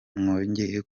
mwongeye